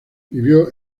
vivió